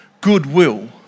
goodwill